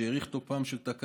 שהאריך את תוקפן של תקנות,